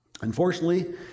Unfortunately